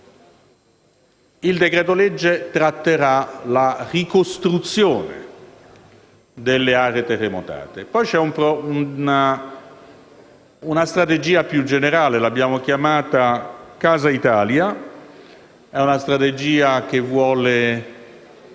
Il decreto-legge tratterà la ricostruzione delle aree terremotate. E poi c'è una strategia più generale che abbiamo chiamato Casa Italia: